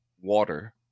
water